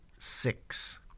six